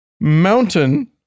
mountain